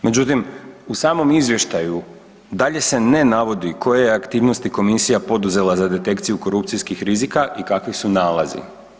Međutim, u samom Izvještaju dalje se ne navodi koje je aktivnosti Komisija poduzela za detekciju korupcijskih rizika i kakvi su nalazi.